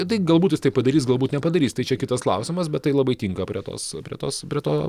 tai galbūt jis tai padarys galbūt nepadarys tai čia kitas klausimas bet tai labai tinka prie tos prie tos prie to